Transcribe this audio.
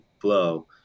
flow